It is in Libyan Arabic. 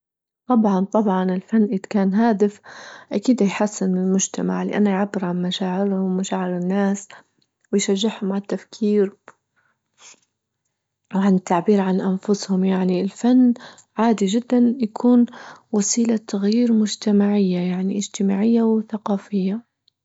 طبعا-طبعا الفن إذ كان هادف أكيد هيحسن المجتمع لأنه يعبر عن مشاعرهم ومشاعر الناس ويشجعهم عالتفكير وعن التعبير عن أنفسهم، يعني الفن عادي جدا يكون وسيلة تغيير مجتمعية يعني إجتماعية وثقافية.